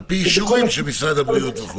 על פי אישורים של משרד הבריאות, וכו'.